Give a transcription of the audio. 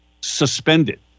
suspended